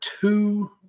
two